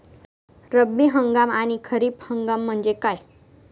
रब्बी हंगाम आणि खरीप हंगाम म्हणजे काय?